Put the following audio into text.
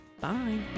Bye